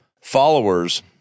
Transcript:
followers